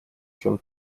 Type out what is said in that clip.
чем